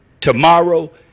tomorrow